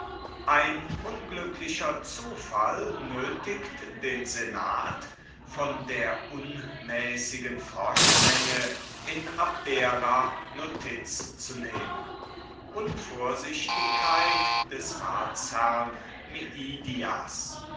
ein unglücklicher zufall nötigt den senat von der unmäßigen froschmenge in abdera notiz zu nehmen unvorsichtigkeit des ratsherrn